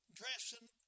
dressing